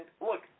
look